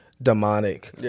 demonic